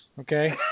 okay